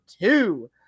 Two